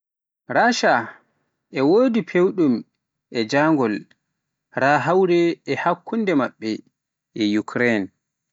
Rasha e wodi fewɗum e jangol, raa hawre e hakkunde maɓɓe e Ukraine.